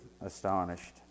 astonished